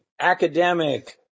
academic